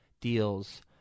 deals